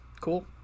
Cool